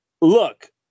Look